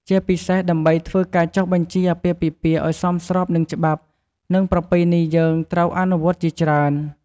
ជាពិសេសដើម្បីធ្វើការចុះបញ្ជីអាពាហ៍ពិពាហ៍ឲ្យស្របនឹងច្បាប់ និងប្រពៃណីយើងត្រូវអនុវត្តន៍ជាច្រើន។